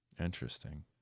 Interesting